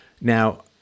Now